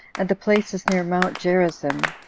and the places near mount gerizzim,